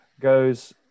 goes